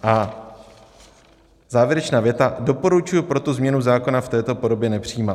A závěrečná věta: Doporučuji proto změnu zákona v této podobě nepřijímat.